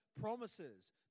promises